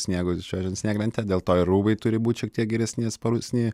sniego čiuožiant snieglente dėl to ir rūbai turi būti šiek tiek geresni atsparesni